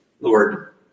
Lord